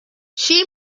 she